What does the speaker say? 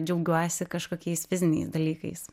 džiaugiuosi kažkokiais fiziniais dalykais